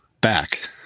back